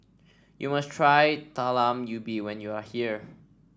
you must try Talam Ubi when you are here